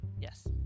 Yes